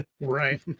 Right